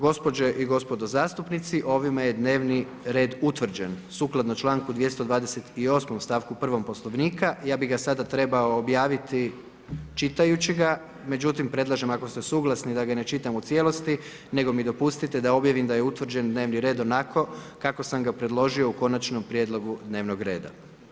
Gospođe i gospodo zastupnici, ovime je dnevni red utvrđen sukladno čl. 228., st. 1. Poslovnika ja bih ga sada trebao objaviti čitajući ga, međutim, predlažem ako ste suglasni da ga ne čitam u cijelosti, nego mi dopustite da objavim da je utvrđen dnevni red onako kako sam ga predložio u Konačnom prijedlogu dnevnog reda.